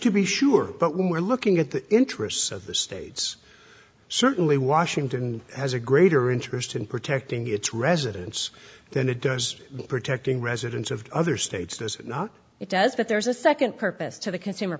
to be sure but when we're looking at the interests of the states certainly washington has a greater interest in protecting its residents than it does protecting residents of other states does it not it does but there's a second purpose to the consumer